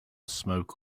smoke